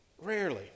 Rarely